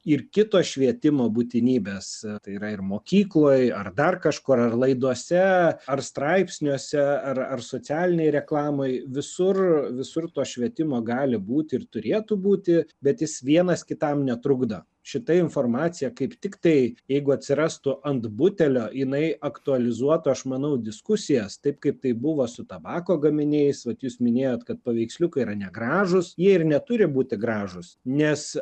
ir kitos švietimo būtinybės tai yra ir mokykloj ar dar kažkur ar laidose ar straipsniuose ar ar socialinėj reklamoj visur visur to švietimo gali būti ir turėtų būti bet jis vienas kitam netrukdo šita informacija kaip tiktai jeigu atsirastų ant butelio jinai aktualizuotų aš manau diskusijas taip kaip tai buvo su tabako gaminiais vat jūs minėjot kad paveiksliukai yra negražūs jie ir neturi būti gražūs nes